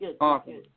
Awesome